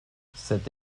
cette